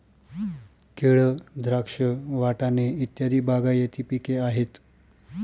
केळ, द्राक्ष, वाटाणे इत्यादी बागायती पिके आहेत